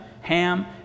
Ham